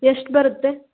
ಎಷ್ಟು ಬರುತ್ತೆ